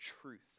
truth